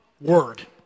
word